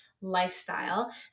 Lifestyle